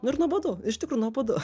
nu ir nuobodu iš tikro nuobodu